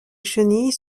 chenilles